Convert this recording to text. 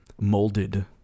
molded